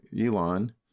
Elon